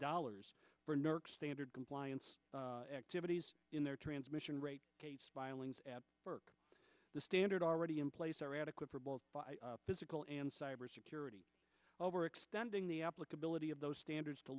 dollars for nerk standard compliance activities in their transmission rate work the standard already in place are adequate for both physical and cybersecurity overextending the applicability of those standards to